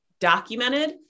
documented